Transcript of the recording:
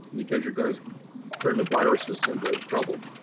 because you're going to turn the viruses into trouble.